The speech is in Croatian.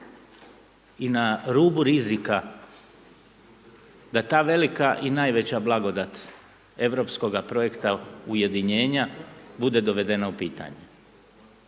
i na rubu rizika da ta velika i najveća blagodat europskoga projekta ujedinjenja bude dovedena u pitanje.